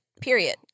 Period